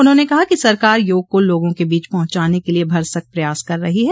उन्होंने कहा कि सरकार योग को लोगों के बीच पहुंचाने के लिए भरसक प्रयास कर रही है